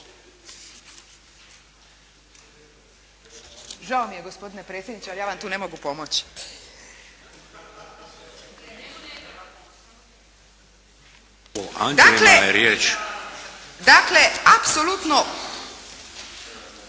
Žao mi je gospodine predsjedniče, ali ja vam tu ne mogu pomoći. …/Upadica se ne